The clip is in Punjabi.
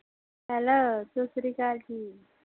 ਹੈਲੋ ਸਤਿ ਸ਼੍ਰੀ ਅਕਾਲ ਜੀ